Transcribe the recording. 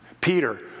Peter